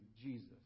Jesus